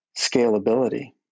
scalability